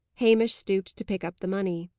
hamish stooped to pick up the money.